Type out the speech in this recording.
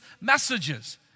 messages